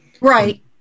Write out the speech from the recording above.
Right